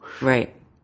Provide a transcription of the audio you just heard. Right